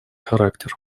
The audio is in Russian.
характер